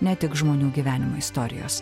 ne tik žmonių gyvenimo istorijos